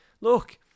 look